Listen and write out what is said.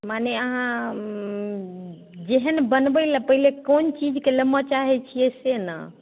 माने अहाँ जेहन बनबै लए पहिले कोन चीजके लेमऽ चाहै छियै से ने